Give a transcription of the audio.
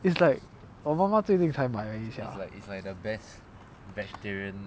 it's like 我妈妈最近才买而已 sia